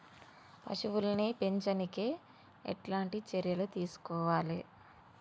పశువుల్ని పెంచనీకి ఎట్లాంటి చర్యలు తీసుకోవాలే?